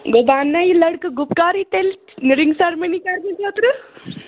گوٚو بہٕ اَنہٕ نا یہِ لٔڑکہٕ گُپکارٕے تیٚلہِ رِنٛگ سٔرمٔنی کَرنہٕ خٲطرٕ